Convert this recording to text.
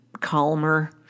calmer